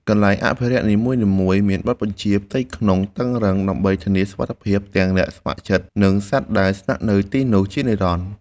កន្លែងអភិរក្សនីមួយៗមានបទបញ្ជាផ្ទៃក្នុងតឹងរ៉ឹងដើម្បីធានាសុវត្ថិភាពទាំងអ្នកស្ម័គ្រចិត្ត និងសត្វដែលស្នាក់នៅទីនោះជានិរន្តរ៍។